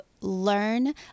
learn